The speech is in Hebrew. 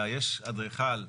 יש אדריכל,